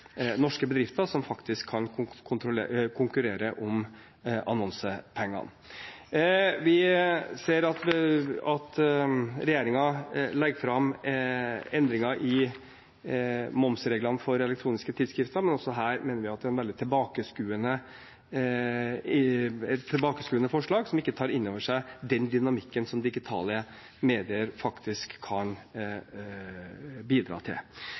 norske bedrifter som faktisk kan konkurrere om annonsepengene. Vi ser at regjeringen legger fram endringer i momsreglene for elektroniske tidsskrifter, men også her mener vi at det er et veldig tilbakeskuende forslag, som ikke tar inn over seg den dynamikken som digitale medier faktisk kan bidra til.